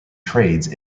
trades